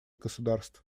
государств